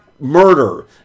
murder